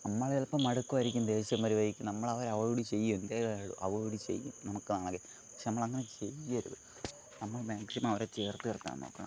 നമ്മള് ചിലപ്പം മടുക്കുവായിരിക്കും ദേഷ്യം വരുവായിരിക്കും നമ്മൾ അവരെ അവോയ്ഡ് ചെയ്യും എന്തായാലും അവോയ്ഡ് ചെയ്യും നമുക്ക് ആകെ പക്ഷെ നമ്മൾ അങ്ങനെ ചെയ്യരുത് നമ്മൾ മാക്സിമം അവരെ ചേർത്തു നിർത്താൻ നോക്കണം